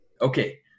Okay